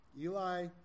Eli